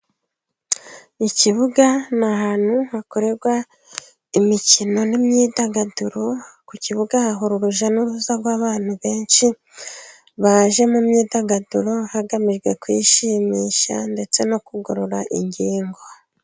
Ikibuga ni ahantu hakorerwa imikino n'imyidagaduro, ku kibuga hahora urujya n'uruza rw'abantu benshi baje mu myidagaduro hagamijwe kwishimisha, ndetse no kugorora ingingo.